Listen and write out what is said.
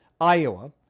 Iowa